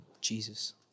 Jesus